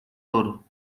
oro